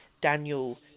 Daniel